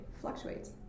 fluctuates